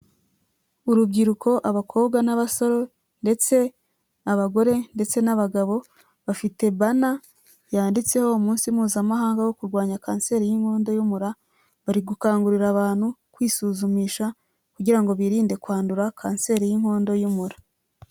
Urubyiruko abakobwa n'abasore ndetse n'abagore ndetse n'abagabo bafite bana yanditseho umunsi mpuzamahanga wo kurwanya kanseri y'inkondo y'umura bari gukangurira abantu kwisuzumisha kugira birinde kwandura kanseri y'inkondo y'umura.